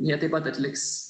jie taip pat atliks